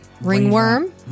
Ringworm